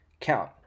count